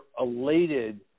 elated –